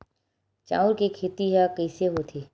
चांउर के खेती ह कइसे होथे?